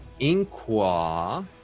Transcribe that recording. Inqua